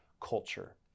culture